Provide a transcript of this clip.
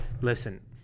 listen